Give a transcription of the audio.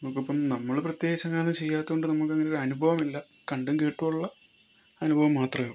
നമക്കിപ്പം നമ്മൾ പ്രത്യേകിച്ച് അങ്ങനൊന്നും ചെയ്യാത്തതുകൊണ്ട് നമുക്ക് അങ്ങനൊരു അനുഭവം ഇല്ല കണ്ടും കേട്ടും ഉള്ള അനുഭവം മാത്രമേയുള്ളൂ